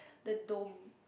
the dome